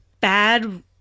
bad